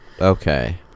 Okay